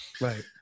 Right